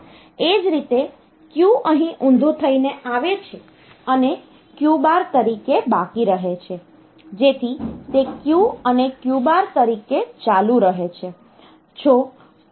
એ જ રીતે Q અહીં ઊંધું થઈને આવે છે અને Q બાર તરીકે બાકી રહે છે જેથી તે Q અને Q બાર તરીકે ચાલુ રહે છે